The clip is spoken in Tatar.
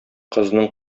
кызның